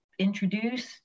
introduce